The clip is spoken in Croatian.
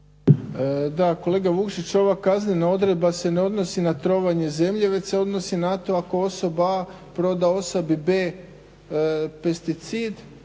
Da, kolega Vukšić, ova kaznena odredba se ne odnosi na trovanje zemlje već se odnosi na to ako osoba A proda osobi B pesticid